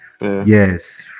yes